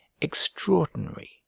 extraordinary